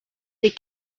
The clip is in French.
des